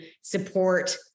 support